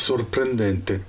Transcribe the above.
Sorprendente